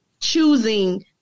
choosing